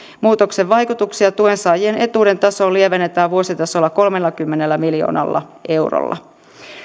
muutoksen vaikutuksia tuensaajien etuuden tasoon lievennetään vuositasolla kolmellakymmenellä miljoonalla eurolla